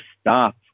stop